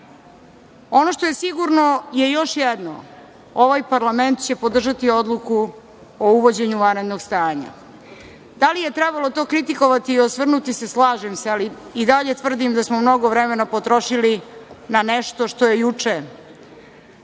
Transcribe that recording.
što je sigurno je još jedno. Ovaj parlament će podržati odluku o uvođenju vanrednog stanja. Da li je trebalo to kritikovati i osvrnuti se, slažem se, ali i dalje tvrdim da smo mnogo vremena potrošili na nešto što je juče.